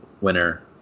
winner